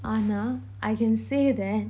ஆனா:aana I can say that